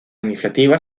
iniciativa